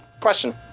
question